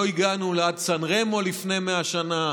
לא הגענו עד סן רמו לפני 100 שנה,